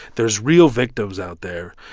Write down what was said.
there's real victims out there,